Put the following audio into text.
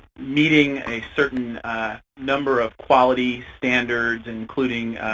meeting a certain number of quality standards, including,